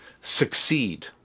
succeed